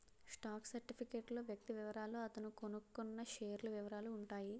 stock certificate లో వ్యక్తి వివరాలు అతను కొన్నకొన్న షేర్ల వివరాలు ఉంటాయి